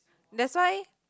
that's why